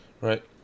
Right